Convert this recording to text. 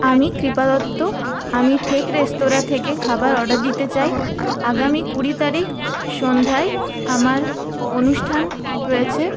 আমি কৃপা দত্ত আমি ঠেক রেস্তোরা থেকে খাবার অর্ডার দিতে চাই আগামী কুড়ি তারিখ সন্ধ্যায় আমার অনুষ্ঠান রয়েছে